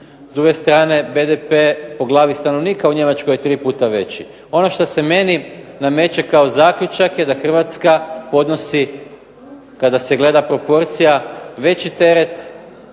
S druge strane, BDP po glavi stanovnika u Njemačkoj je tri puta veći. Ono što se meni nameće kao zaključak je da Hrvatska podnosi kada se gleda proporcija veći teret